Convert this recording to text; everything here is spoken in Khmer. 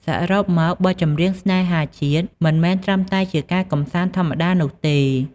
សរុបមក បទចម្រៀងស្នេហាជាតិមិនមែនត្រឹមតែជាការកម្សាន្តធម្មតានោះទេ។